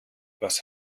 was